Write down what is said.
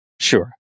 Sure